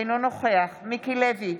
אינו נוכח מיקי לוי,